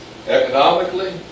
Economically